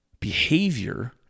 behavior